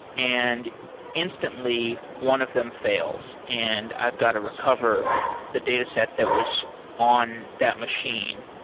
and instantly one of them fails, and i've got to recover the dataset that was on that machine.